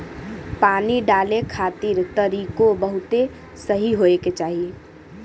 पानी डाले खातिर तरीकों बहुते सही होए के चाही